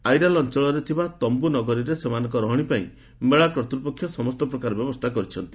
aryl ଅଞ୍ଚଳରେ ଥିବା ତମ୍ଭୁ ନଗରୀରେ ସେମାନଙ୍କ ରହଣୀ ପାଇଁ ମେଳା କର୍ତ୍ତ୍ୱପକ୍ଷ ସମସ୍ତ ପ୍ରକାର ବ୍ୟବସ୍ଥା କରିଛନ୍ତି